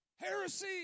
Heresy